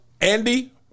Andy